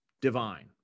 divine